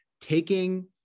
taking